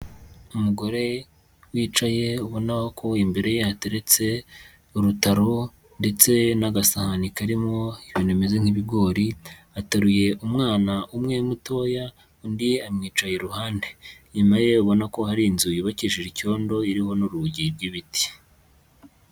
Umugore wicaye ubona ko imbere ye hateretse urutaro ndetse n'agasahani karimo ibintu bimeze nk'ibigori, ateruye umwana umwe mutoya, undi amwicaye iruhande, inyuma ye ubona ko hari inzu yubakishije icyondo, iriho n'urugi rw'ibiti.